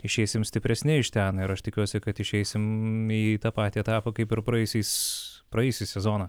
išeisim stipresni iš ten ir aš tikiuosi kad išeisim į tą patį etapą kaip ir praėjusiais praėjusį sezoną